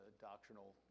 doctrinal